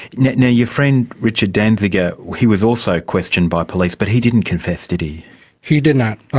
now, your friend richard danziger, he was also questioned by police, but he didn't confess, did he? he did not.